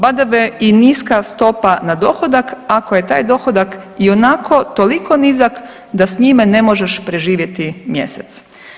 Badave i niska stopa na dohodak ako je taj dohodak ionako toliko nizak da s njima ne možeš preživjeti mjesec.